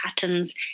patterns